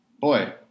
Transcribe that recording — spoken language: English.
boy